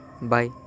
Bye